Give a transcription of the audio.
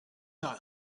not